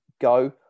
go